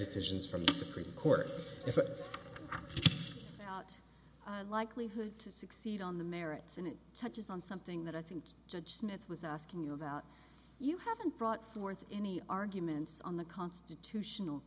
decisions from the supreme court out likelihood to succeed on the merits and it touches on something that i think judge smith was asking you about you haven't brought forth any arguments on the constitutional